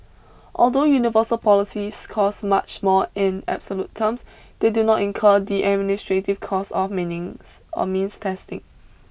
although universal policies cost much more in absolute terms they do not incur the administrative costs of meanings of means testing